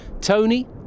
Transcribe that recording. Tony